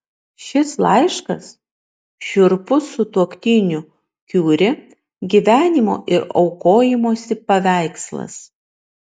šis laiškas šiurpus sutuoktinių kiuri gyvenimo ir aukojimosi paveikslas